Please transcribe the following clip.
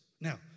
Now